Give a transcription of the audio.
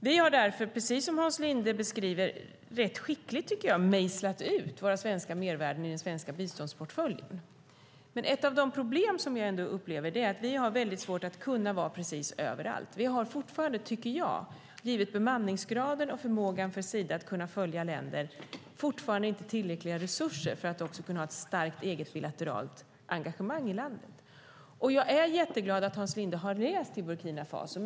Vi har därför, precis som Hans Linde beskriver det, mejslat ut våra svenska mervärden i den svenska biståndsportföljen, men ett av de problem jag upplever är att vi inte kan vara överallt. Vi har fortfarande inte gett tillräckliga resurser till bemanningsgraden och till Sidas förmåga att följa länder för att också kunna ha ett starkt eget bilateralt engagemang i landet. Jag är glad över att Hans Linde har rest i Burkina Faso.